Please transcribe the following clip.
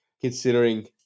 considering